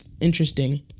Interesting